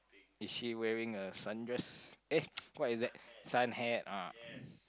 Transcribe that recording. is she wearing a sundress eh what is that sun hat ah